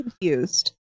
confused